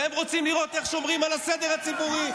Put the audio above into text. והם רוצים לראות איך שומרים על הסדר הציבורי.